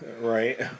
Right